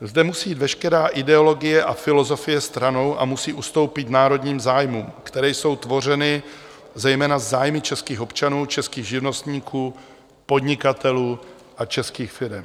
Zde musí veškerá ideologie a filozofie stranou a musí ustoupit národním zájmům, které jsou tvořeny zejména zájmy českých občanů, českých živnostníků, podnikatelů a českých firem.